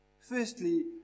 firstly